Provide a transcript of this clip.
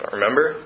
Remember